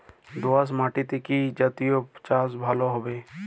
দোয়াশ মাটিতে কি জাতীয় চাষ ভালো হবে?